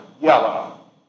yellow